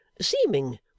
Seeming